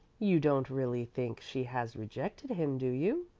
you don't really think she has rejected him, do you?